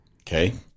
Okay